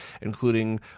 including